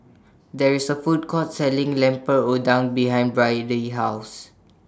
There IS A Food Court Selling Lemper Udang behind Byrdie's House